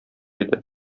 иде